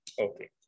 Okay